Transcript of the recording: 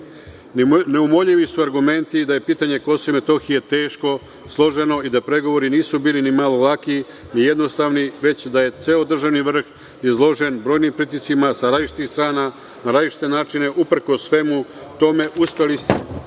trajati. Neumoljivi su argumenti da je pitanje Kosova i Metohije teško, složeno i da pregovori nisu bili nimalo laki i jednostavni, već da je ceo državni vrh izložen brojnim pritiscima sa različitih strana i na različite načine. Uprkos svemu tome uspeli ste